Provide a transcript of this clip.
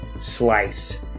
slice